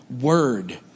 word